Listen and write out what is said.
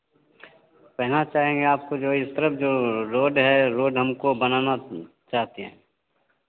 केहना चाहेंगे आपको जो इस तरफ़ जो रोड है रोड हमको बनाना चाहते हैं